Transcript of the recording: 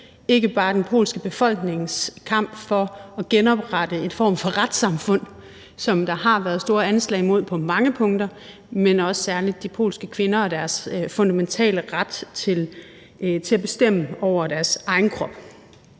ikke bare den polske befolknings kamp for at genoprette en form for retssamfund, som der på mange punkter har været store anslag mod, men også særlig de polske kvinder og deres fundamentale ret til at bestemme over deres egen krop,